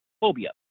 phobia